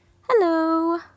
Hello